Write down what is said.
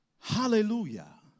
Hallelujah